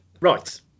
Right